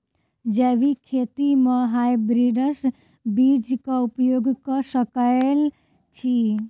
जैविक खेती म हायब्रिडस बीज कऽ उपयोग कऽ सकैय छी?